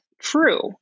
true